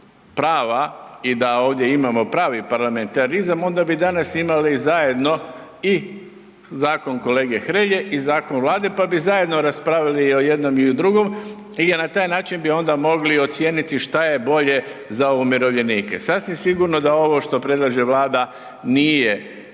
i da ovdje imamo pravi parlamentarizam, onda bi danas imali zajedno i zakon kolege Hrelje i zakon Vlade pa bi zajedno raspravili i o jednom i o drugom i na taj način bi onda ocijeniti šta je bolje za umirovljenike. Sasvim sigurno da ovo što predlaže Vlada nije